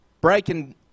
breaking